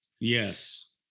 yes